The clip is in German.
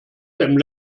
dem